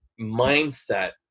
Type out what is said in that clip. mindset